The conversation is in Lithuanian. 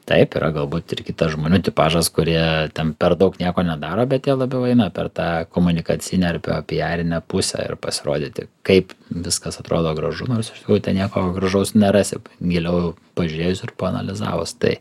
taip yra galbūt ir kitas žmonių tipažas kurie ten per daug nieko nedaro bet jie labiau eina per tą komunikacinę arba pijarinę pusę ir pasirodyti kaip viskas atrodo gražu nors iš tikrųjų ten nieko gražaus nerasi giliau pažiūrėjus ir paanalizavus tai